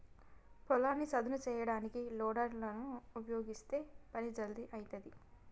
పొలాన్ని సదును చేయడానికి లోడర్ లను ఉపయీగిస్తే పని జల్దీ అయితది